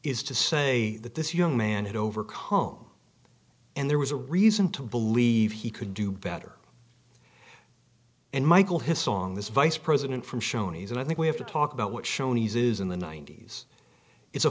is to say that this young man had overcome and there was a reason to believe he could do better and michael his song this vice president from shoney's and i think we have to talk about what shoney's is in the ninety's is a